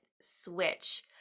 switch